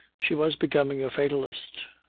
she was becoming a fatalist.